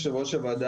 יושבת ראש הוועדה,